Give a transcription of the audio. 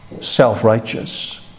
self-righteous